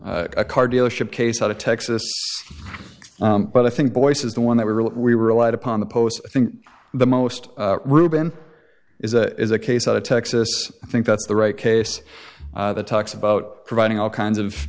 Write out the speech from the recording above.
put a car dealership case out of texas but i think boyce is the one that we were we were relied upon the post i think the most ruben is a is a case out of texas i think that's the right case that talks about providing all kinds of